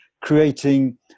creating